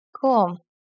Cool